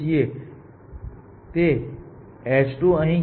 પરિસ્થિતિ નીચે મુજબ છે આપેલા નોડ n માટે એક બેન્ડ જે 0 થી h સુધી છે